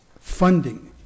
funding